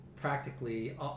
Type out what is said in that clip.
practically